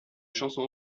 chanson